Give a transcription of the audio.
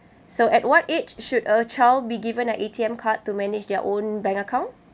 so at what age should a child be given an A_T_M card to manage their own bank account